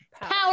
power